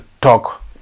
talk